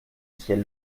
ciel